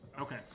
okay